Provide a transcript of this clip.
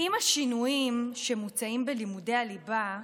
עם השינויים שמוצעים בלימודי הליבה,